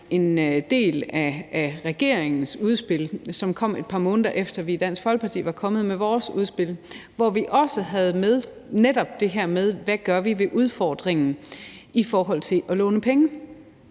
en del af regeringens udspil, som kom, et par måneder efter at vi i Dansk Folkeparti var kommet med vores udspil, hvor vi også havde netop det her om, hvad vi gør ved udfordringen i forhold til at låne penge.